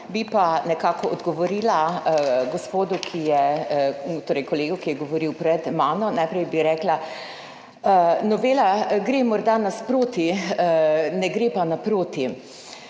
bi pa nekako odgovorila kolegu, ki je govoril pred mano. Najprej bi rekla, novela gre morda nasproti, ne gre pa naproti.